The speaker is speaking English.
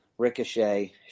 Ricochet